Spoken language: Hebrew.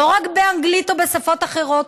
לא רק באנגלית ובשפות אחרות,